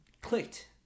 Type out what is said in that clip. clicked